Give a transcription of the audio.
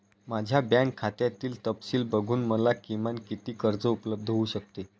माझ्या बँक खात्यातील तपशील बघून मला किमान किती कर्ज उपलब्ध होऊ शकते?